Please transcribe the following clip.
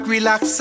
Relax